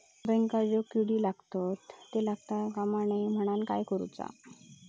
अंब्यांका जो किडे लागतत ते लागता कमा नये म्हनाण काय करूचा?